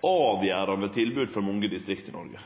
avgjerande tilbod for mange distrikt i Noreg.